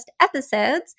episodes